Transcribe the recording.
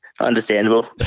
understandable